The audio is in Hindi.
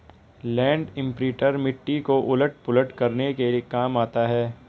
लैण्ड इम्प्रिंटर मिट्टी को उलट पुलट करने के काम आता है